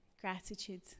gratitude